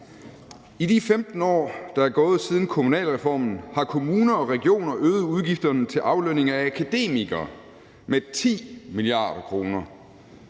I de 15 år, der er gået siden kommunalreformen, har kommuner og regioner øget udgifterne til aflønning af akademikere med 10 mia. kr.